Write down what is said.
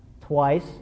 Twice